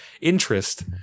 interest